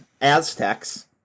Aztecs